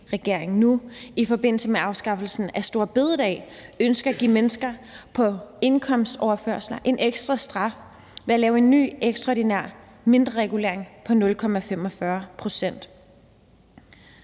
i forbindelse med afskaffelsen af Store Bededag ønsker at give mennesker på indkomstoverførsler en ekstra straf ved på ny at lave en ekstraordinær mindre regulering på 0,45 pct.«